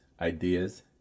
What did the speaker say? ideas